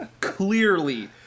clearly